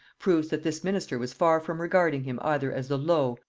proves that this minister was far from regarding him either as the low,